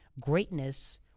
greatness